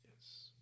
Yes